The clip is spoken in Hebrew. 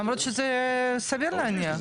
למרות שזה סביר להניח.